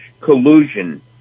collusion